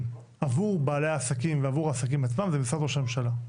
עבור בעלי העסקים ועבור העסקים עצמם זה משרד ראש הממשלה.